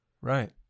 Right